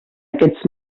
aquests